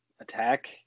attack